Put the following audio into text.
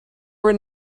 were